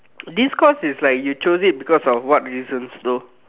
this course is like you chose it because of what reasons though